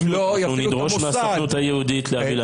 אנחנו נדרוש מהסוכנות היהודית להביא לנו אותם.